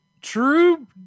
true